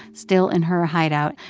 still in her hideout,